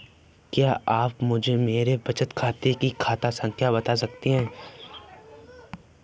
क्या आप मुझे मेरे बचत खाते की खाता संख्या बता सकते हैं?